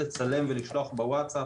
ולשלוח בווצאפ